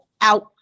out